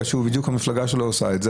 כי בדיוק המפלגה שלו עושה את זה,